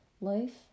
Life